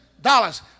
dollars